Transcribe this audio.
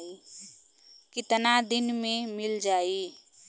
कितना दिन में मील जाई?